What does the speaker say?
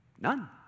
None